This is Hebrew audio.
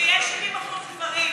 כשיהיה 70% נשים ברשימות,